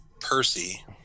Percy